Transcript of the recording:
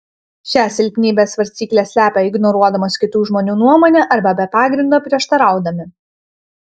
šią silpnybę svarstyklės slepia ignoruodamos kitų žmonių nuomonę arba be pagrindo prieštaraudami